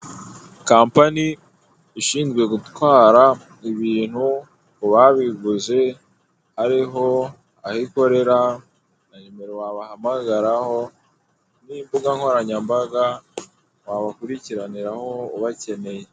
Kampani ishinzwe gutwara ibintu kubabiguze, hariho aho ikorera na numero wabahamagaraho nimbuga nkoranyambaga wabakurikiraniraho ubakeneye.